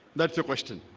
that's a question.